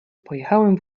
pojechałem